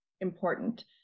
important